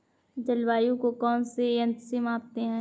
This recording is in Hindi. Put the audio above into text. जलवायु को कौन से यंत्र से मापते हैं?